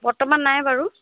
বৰ্তমান নাই বাৰু